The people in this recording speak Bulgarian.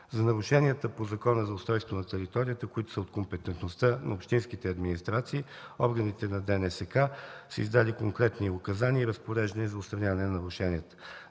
За нарушенията по Закона за устройство на територията, които са от компетентността на общинските администрации, органите на ДНСК са издали конкретни указания и разпореждания за отстраняване на нарушенията.